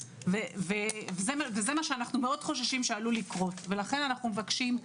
זה מה שאנחנו מאוד חוששים שעלול לקרות ולכן אנחנו מבקשים,